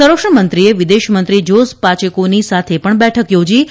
સંરક્ષણમંત્રીએ વિદેશમંત્રી જાસ પાચેકોની સાથે પણ બેઠક થોજી હતી